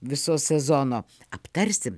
viso sezono aptarsim